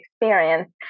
experience